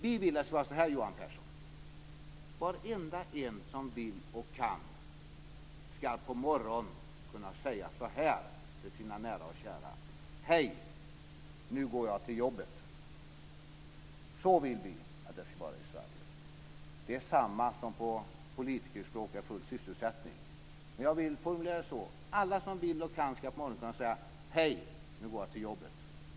Vi vill, Johan Pehrson, att varenda en som vill och kan på morgonen till sina nära och kära ska kunna säga: Hej, nu går jag till jobbet. Så vill vi att det ska vara i Sverige. På politikerspråk heter det full sysselsättning. Jag vill alltså att alla som vill och kan på morgonen ska kunna säga: Hej, nu går jag till jobbet.